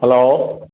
hello